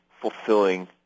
fulfilling